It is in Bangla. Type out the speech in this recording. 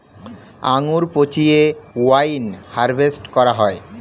আঙ্গুর পচিয়ে ওয়াইন হারভেস্ট করা হয়